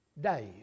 days